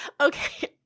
okay